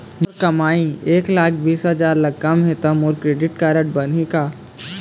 मोर कमाई एक लाख बीस हजार ले कम हे त मोर क्रेडिट कारड बनही का?